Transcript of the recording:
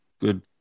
good